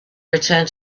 returned